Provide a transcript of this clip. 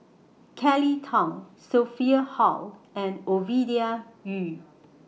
Kelly Tang Sophia Hull and Ovidia Yu